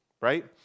Right